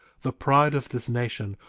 the pride of this nation,